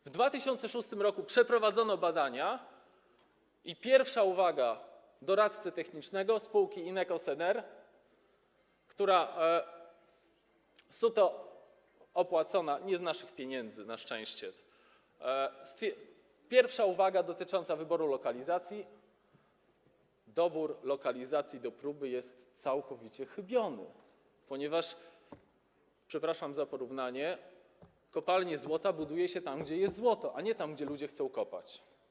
W 2006 r. przeprowadzono badania i pierwsza uwaga doradcy technicznego, spółki Ineco-Sener, suto opłaconej na szczęście nie z naszych pieniędzy, pierwsza uwaga dotycząca wyboru lokalizacji: dobór lokalizacji do próby jest całkowicie chybiony, ponieważ - przepraszam za porównanie - kopalnię złota buduje się tam, gdzie jest złoto, a nie tam, gdzie ludzie chcą kopać.